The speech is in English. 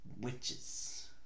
Witches